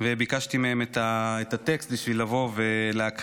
וביקשתי מהם את הטקסט בשביל לבוא ולהקריא.